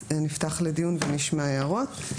נפתח את הדיון ונשמע הערות.